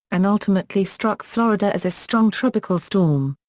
and ultimately struck florida as a strong tropical storm.